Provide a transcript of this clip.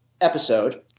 episode